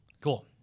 Cool